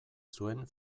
zuen